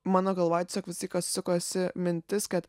mano galvoje tiesiog visą laiką sukosi mintis kad